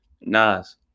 Nas